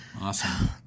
Awesome